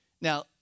Now